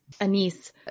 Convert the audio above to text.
Anise